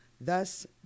thus